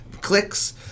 clicks